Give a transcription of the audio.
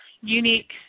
unique